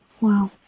Wow